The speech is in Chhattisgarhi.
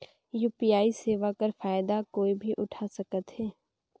यू.पी.आई सेवा कर फायदा कोई भी उठा सकथे?